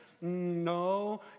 No